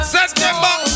September